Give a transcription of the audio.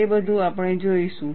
એ બધું આપણે જોઈશું